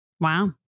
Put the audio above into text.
Wow